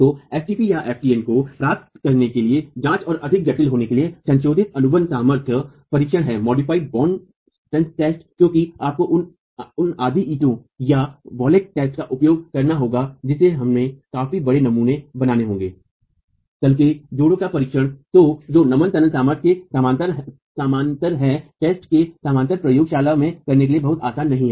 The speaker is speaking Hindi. तो ftp या ftpको प्राप्त करने के लिए जाँच और अधिक जटिल होने के लिए संशोधित अनुबंध सामर्थ्य परीक्षण है क्योंकि आपको उन आधी ईंटों या वॉलेट टेस्ट का उपयोग करना होगा जिसमे हमें काफी बड़े नमूने बनाने होंगे तल के जोड़ों का परीक्षण जो नमन तनन सामर्थ्य के समान्तर है टेस्ट के समानांतर प्रयोगशाला में करने के लिए बहुत आसान नहीं है